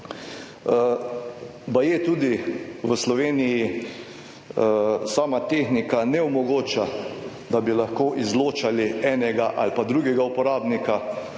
Baje tudi v Sloveniji sama tehnika neomogoča, da bi lahko izločali enega ali pa drugega uporabnika.